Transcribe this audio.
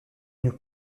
nous